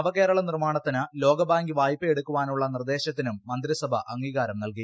നവകേരള നിർമ്മാണത്തിന് ലോകബാങ്ക് വായ്പ എടുക്കാനുള്ള നിർദ്ദേശത്തിനും മന്ത്രിസഭ അംഗീകാരം നൽകി